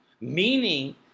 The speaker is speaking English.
meaning